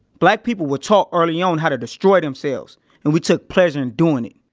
black people were taught early on how to destroy themselves and we took pleasure in doing it